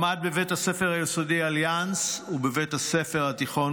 למד בבית ספר יסודי אליאנס ובבית הספר התיכון